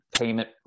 payment